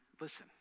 listen